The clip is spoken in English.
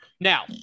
Now